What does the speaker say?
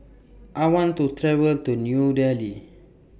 I want to travel to New Delhi